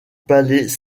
palais